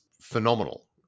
phenomenal